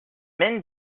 men